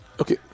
okay